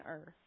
earth